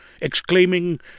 exclaiming